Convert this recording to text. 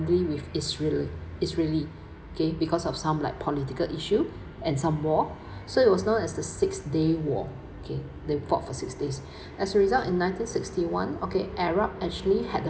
ly~ with israel israeli okay because of some like political issue and some war